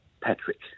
Patrick